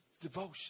devotion